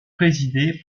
présidée